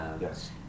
Yes